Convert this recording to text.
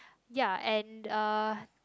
ya and uh